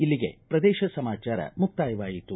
ಇಲ್ಲಿಗೆ ಪ್ರದೇಶ ಸಮಾಚಾರ ಮುಕ್ತಾಯವಾಯಿತು